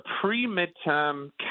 pre-midterm